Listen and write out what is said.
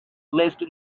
placed